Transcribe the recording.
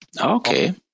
Okay